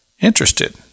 interested